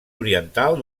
oriental